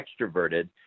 extroverted